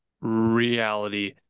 reality